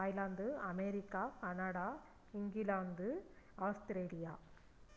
Thailand America Canada England Australia